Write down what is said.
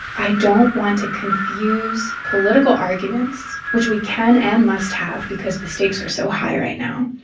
i don't want to confuse political arguments, which we can and must have because the stakes are so high right now,